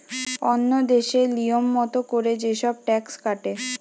ওন্য দেশে লিয়ম মত কোরে যে সব ট্যাক্স কাটে